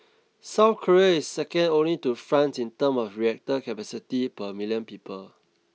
South Korea is second only to France in term of reactor capacity per million people